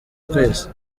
twese